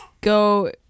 go